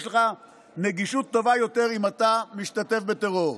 יש לך גישה טובה יותר אם אתה משתתף בטרור.